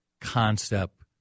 concept